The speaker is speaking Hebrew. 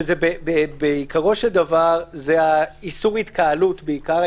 שהן בעיקרו של דבר איסור התקהלות בעיקר.